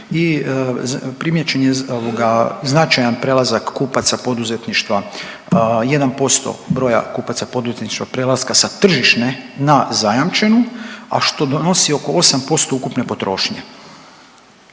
i primijećen je značajan prelazak kupaca poduzetništva 1% broja kupaca poduzetništva prelaska sa tržišne na zajamčenu, a što donosi oko 8% ukupne potrošnje.